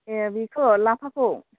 ए बेखौ लाफाखौ